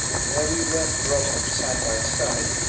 though we were brought up side by side.